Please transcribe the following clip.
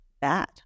bad